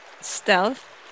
stealth